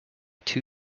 two